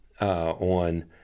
on